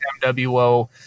MWO